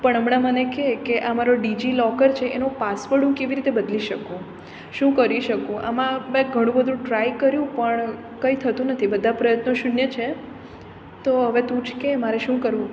પણ હમણાં મને કે કે આ મારો ડિજીલોકર છે એનો પાસવર્ડ હું કેવી રીતે બદલી શકું શું કરી શકું આમાં મેં ઘણું બધું ટ્રાય કર્યું પણ કંઈ થતું નથી બધા પ્રયત્નો શૂન્ય છે તો હવે તું જ કે મારે શું કરવું